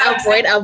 avoid